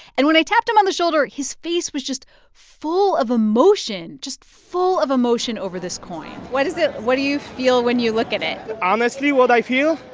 and when i tapped him on the shoulder, his face was just full of emotion, just full of emotion over this coin what is it what do you feel when you look at it? honestly, what i feel?